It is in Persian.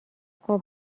خوب